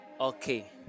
Okay